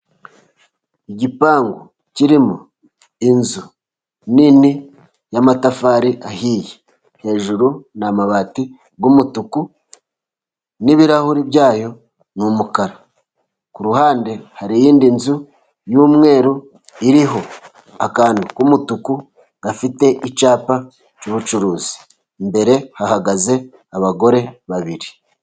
Igipangu kirimo inzu nini y'amatafari ahiye, hejuru ni amabati y'umutuku n'ibirahuri byayo ni umukara. Ku ruhande hari iyindi nzu y'umweru iriho akantu k'umutuku gafite icyapa cy'ubucuruzi. Imbere hahagaze abagore babiri.